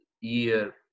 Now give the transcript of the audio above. year